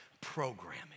programming